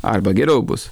arba geriau bus